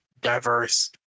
diverse